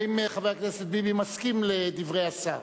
האם חבר הכנסת ביבי מסכים לדברי השר?